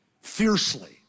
fiercely